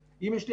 אשר.